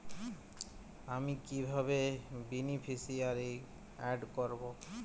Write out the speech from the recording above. আমি কিভাবে beneficiary add করব?